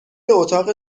اتاق